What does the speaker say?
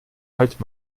halt